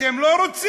אתם לא רוצים?